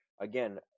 again